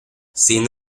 sin